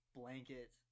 blanket